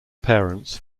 parents